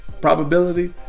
probability